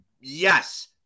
Yes